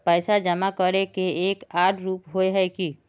पैसा जमा करे के एक आर रूप होय है?